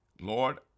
Lord